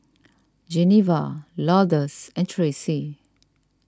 Genevra Lourdes and Traci